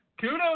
kudos